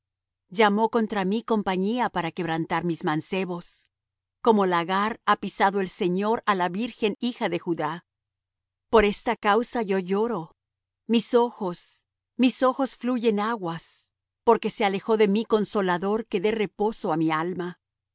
llamó contra mí compañía para quebrantar mis mancebos como lagar ha pisado el señor á la virgen hija de judá por esta causa yo lloro mis ojos mis ojos fluyen aguas porque se alejó de mí consolador que dé reposo á mi alma